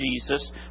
Jesus